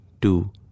two